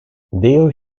their